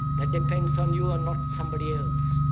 that depends on you and not somebody else.